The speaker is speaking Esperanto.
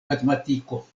matematiko